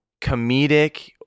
comedic